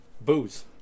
booze